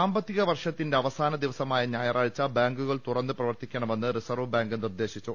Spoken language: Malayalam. സാമ്പത്തിക വർഷത്തിന്റെ അവസാന ദിവസമായ ഞായ റാഴ്ച ബാങ്കുകൾ തുറന്ന് പ്രവർത്തിക്കണമെന്ന് റിസർവ് ബാങ്ക് നിർദേശിച്ചു